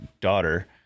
daughter